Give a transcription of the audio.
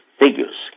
figures